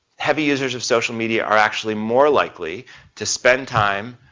heavy users of social media are actually more likely to spend time